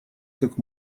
как